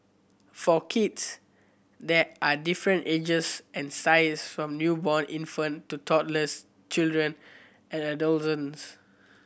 for kids there are different ages and sizes from newborn infant to toddlers children adolescents